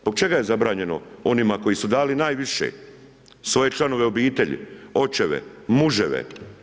Zbog čega je zabranjeno onima koji su dali najviše, svoje članove obitelji, očeve, muževe?